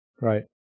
Right